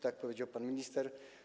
Tak powiedział pan minister.